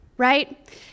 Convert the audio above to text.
Right